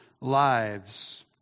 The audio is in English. lives